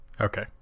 Okay